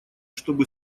чтобы